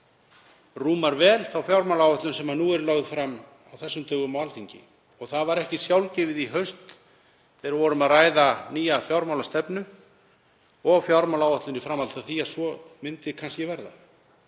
rúmar vel þá fjármálaáætlun sem nú er lögð fram á þessum dögum á Alþingi og það var ekki sjálfgefið í haust þegar við vorum að ræða nýja fjármálastefnu og fjármálaáætlun í framhaldi af því að svo myndi verða.